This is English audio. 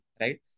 right